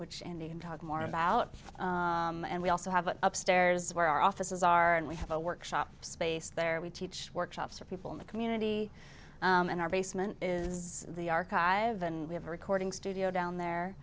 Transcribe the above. which andy and talk more about and we also have an upstairs where our offices are and we have a workshop space there we teach workshops for people in the community and our basement is the archive and we have a recording studio down there